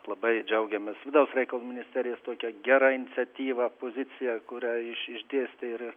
labai džiaugiamės vidaus reikalų ministerijos tokia gera iniciatyva pozicija kurią išdėstė ir